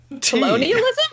colonialism